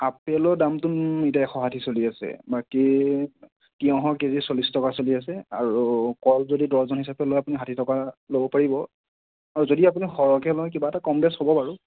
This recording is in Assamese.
আপেলৰ দামটো এতিয়া এশ ষাঠি চলি আছে বাকী তিয়হৰ কেজি চল্লিশ টকা চলি আছে আৰু কল যদি ডৰ্জন হিচাপে লয় আপুনি ষাঠি টকাত ল'ব পাৰিব আৰু যদি আপুনি সৰহকৈ লয় কিবা এটা কম বেছ হ'ব বাৰু